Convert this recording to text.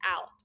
out